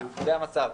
זה המצב.